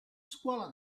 scuola